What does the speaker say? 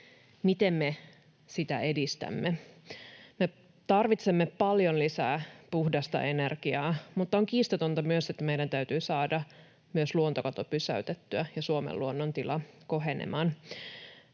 miten me sitä edistämme. Me tarvitsemme paljon lisää puhdasta energiaa, mutta on kiistatonta myös, että meidän täytyy saada myös luontokato pysäytettyä ja Suomen luonnon tila kohenemaan.